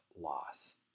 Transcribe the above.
loss